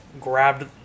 grabbed